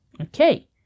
Okay